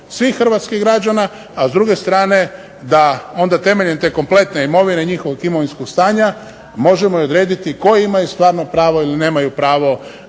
svih hrvatskih građana, a s druge strane da onda temeljem te kompletne imovine, njihovog imovinskog stanja možemo odrediti koji imaju stvarno pravo ili nemaju pravo